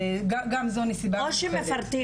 גם זו נסיבה מיוחדת.